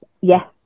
yes